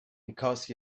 because